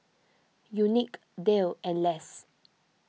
Unique Dale and Less